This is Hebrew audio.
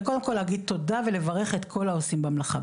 וקודם כל להגיד תודה ולברך את כל העושים במלאכה,